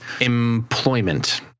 employment